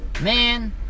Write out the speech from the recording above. Man